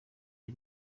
y’u